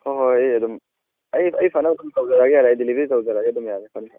ꯍꯣꯏ ꯍꯣꯏ ꯑꯩ ꯑꯗꯨꯝ ꯑꯩ ꯐꯅꯕ ꯑꯗꯨꯝ ꯇꯧꯖꯔꯛꯑꯒꯦ ꯌꯥꯔꯦ ꯗꯤꯂꯤꯕꯔꯤ ꯇꯧꯖꯔꯛꯑꯒꯦ ꯑꯗꯨꯝ ꯌꯥꯔꯦ ꯐꯅꯤ ꯐꯅꯤ